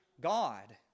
God